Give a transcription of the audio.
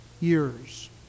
years